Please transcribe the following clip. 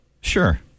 Sure